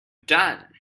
done